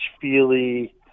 feely